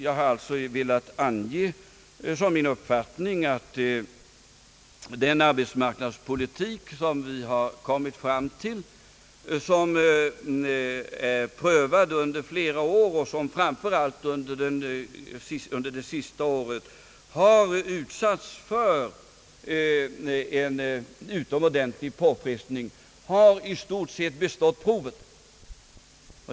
Jag har velat ange som min uppfattning att den arbetsmarknadspolitik, som vi har kommit fram till och som är prövad under flera år och som framför allt under det senaste året har utsatts för en utomordentlig påfrestning, i stort sett har bestått provet.